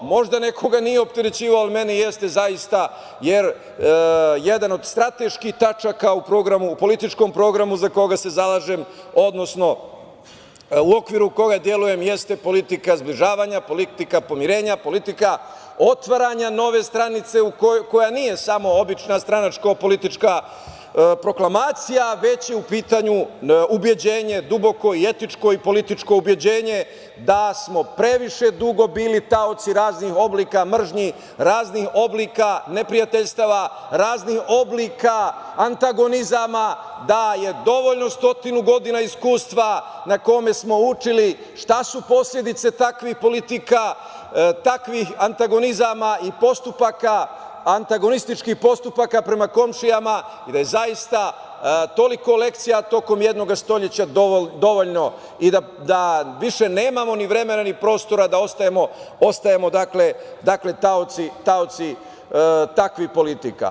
Možda nekoga nije opterećivao, ali mene zaista jeste, jer jedan od strateških tačaka u programu, u političkom programu za koga se zalažem, odnosno u okviru koga delujem jeste politika zbližavanja, politika pomirenja, politika otvaranja nove stranice koja nije samo obična stranačko-politička proklamacija, već je u pitanju ubeđenje duboko, etičko i političko ubeđenje da smo previše dugo bili taoci raznih oblika mržnji, raznih oblika neprijateljstava, raznih oblika antagonizama da je dovoljno stotinu godina iskustva na kome smo učili šta su posledice takvih politika, takvih antagonizama i postupaka antagonističkih postupaka prema komšijama i da je zaista toliko lekcija tokom jednog stoleća dovoljno, i da više nemamo vremena, ni prostora da ostajemo taoci takvih politika.